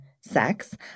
sex